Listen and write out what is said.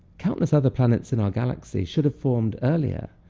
countless other planets in our galaxy should have formed earlier,